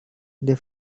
del